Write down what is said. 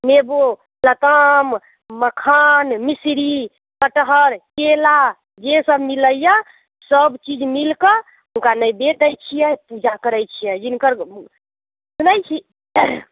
नेबू लताम मखान मिसरी कटहर केला जे सब मिलैया सब चीज मिल कऽ हुनका नैवेद्य दय छिअनि पूजा करैत छियै जिनकर सुनैत छी